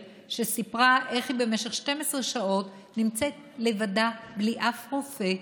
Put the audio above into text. שסיפרה איך במשך 12 שעות היא נמצאת לבדה בלי אף רופא,